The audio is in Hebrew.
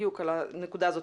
בדיוק הנקודה הזאת.